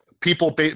people